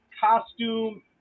costume